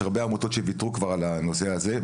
יש הרבה עמותות שוויתרו כבר על הנושא הזה,